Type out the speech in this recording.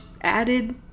added